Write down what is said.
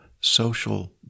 social